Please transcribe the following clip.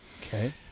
okay